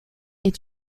est